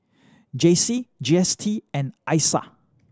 J C G S T and I S A